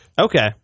okay